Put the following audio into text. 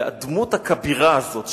והדמות הכבירה הזאת,